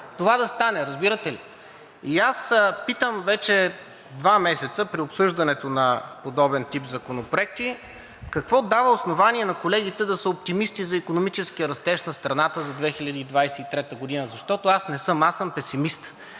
това да стане, разбирате ли? Питам вече два месеца при обсъждането на подобен тип законопроекти: какво дава основание на колегите да са оптимисти за икономическия растеж на страната за 2023 г.? Защото аз не съм. Аз съм песимист